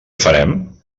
farem